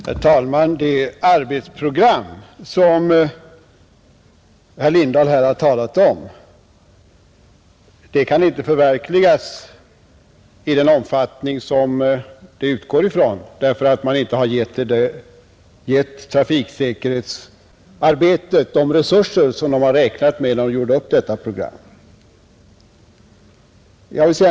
Herr talman! Det arbetsprogram som herr Lindahl har talat om kan inte förverkligas i den omfattning som man utgått från därför att man inte har gett trafiksäkerhetsarbetet de resurser som myndigheterna räknade med när de gjorde upp detta program.